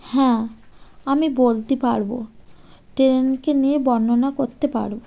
হ্যাঁ আমি বলতে পারব ট্রেনকে নিয়ে বর্ণনা করতে পারব